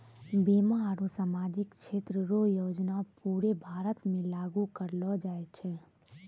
बीमा आरू सामाजिक क्षेत्र रो योजना पूरे भारत मे लागू करलो जाय छै